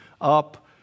up